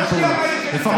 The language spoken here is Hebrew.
אגדות.